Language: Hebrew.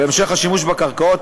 להמשך השימוש בקרקעות.